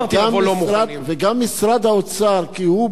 וגם משרד האוצר, כי הוא בעל המאה, מאה אחוז.